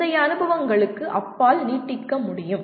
முந்தைய அனுபவங்களுக்கு அப்பால் நீட்டிக்க முடியும்